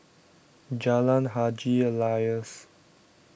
Jalan Haji Alias